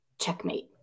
checkmate